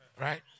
right